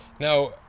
Now